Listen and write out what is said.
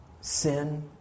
Sin